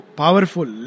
powerful